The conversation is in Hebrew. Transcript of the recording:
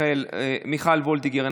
מיכל וולדיגר,